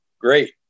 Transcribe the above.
Great